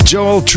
Joel